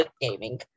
Gaming